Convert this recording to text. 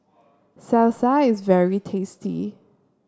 Salsa is very tasty